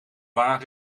wagen